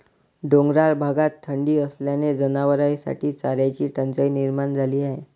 डोंगराळ भागात थंडी असल्याने जनावरांसाठी चाऱ्याची टंचाई निर्माण झाली आहे